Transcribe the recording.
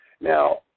Now